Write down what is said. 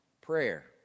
prayer